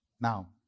Now